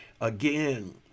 again